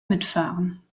mitfahren